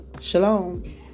Shalom